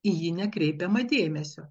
į jį nekreipiama dėmesio